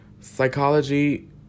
psychology